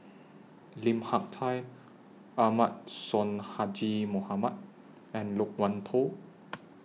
Lim Hak Tai Ahmad Sonhadji Mohamad and Loke Wan Tho